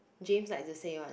James like to say [one]